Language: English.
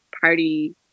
party